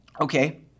okay